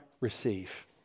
receive